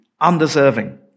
undeserving